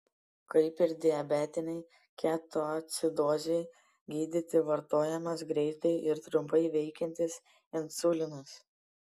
kaip ir diabetinei ketoacidozei gydyti vartojamas greitai ir trumpai veikiantis insulinas